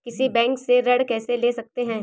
किसी बैंक से ऋण कैसे ले सकते हैं?